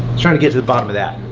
trying to get to the bottom of that.